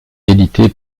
édité